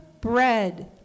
bread